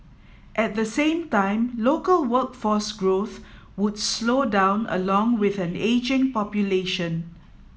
at the same time local workforce growth would slow down along with an ageing population